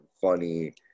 funny